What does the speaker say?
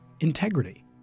integrity